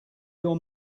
your